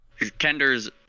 Kenders